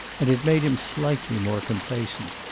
and it made him slightly more complacent.